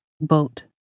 boat